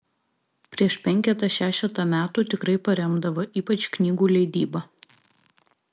prieš penketą šešetą metų tikrai paremdavo ypač knygų leidybą